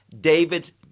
David's